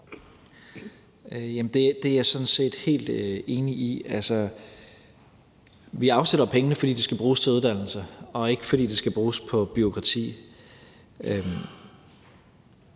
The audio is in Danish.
det er jeg sådan set helt enig i. Altså, vi afsætter pengene, fordi de skal bruges til uddannelse, og ikke, fordi de skal bruges på bureaukrati.